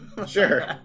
Sure